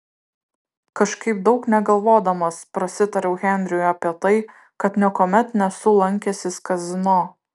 kažkaip daug negalvodamas prasitariau henriui apie tai kad niekuomet nesu lankęsis kazino